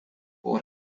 voor